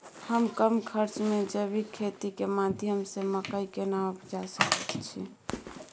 हम कम खर्च में जैविक खेती के माध्यम से मकई केना उपजा सकेत छी?